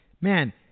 man